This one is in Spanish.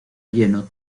lleno